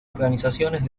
organizaciones